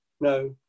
no